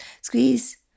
Squeeze